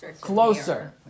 closer